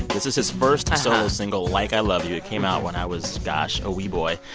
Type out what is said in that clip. this is his first solo single, like i love you. it came out when i was, gosh, a wee boy.